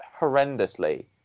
horrendously